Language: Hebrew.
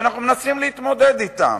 ואנחנו מנסים להתמודד אתן.